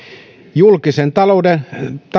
julkisen talouden